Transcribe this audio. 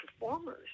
performers